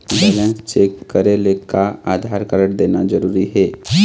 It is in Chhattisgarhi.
बैलेंस चेक करेले का आधार कारड देना जरूरी हे?